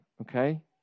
Okay